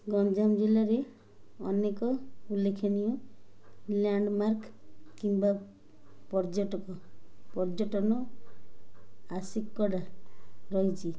ଗଞ୍ଜାମ ଜିଲ୍ଲାରେ ଅନେକ ଉଲ୍ଲେଖନୀୟ ଲ୍ୟାଣ୍ଡମାର୍କ କିମ୍ବା ପର୍ଯ୍ୟଟକ ପର୍ଯ୍ୟଟନ ଆସିକଡ଼ା ରହିଛି